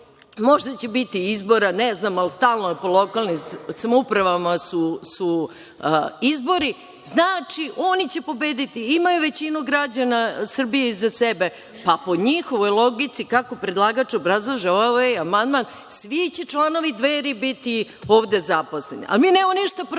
voli. Možda će biti izbora, ne znam, ali stalno po lokalnim samoupravama su izbori. Znači, oni će pobediti, imaju većinu građana Srbije iza sebe, pa po njihovoj logici kako predlagač obrazlaže ovaj amandman, svi će članovi Dveri biti ovde zaposleni. Ali, mi nemamo ništa protiv, to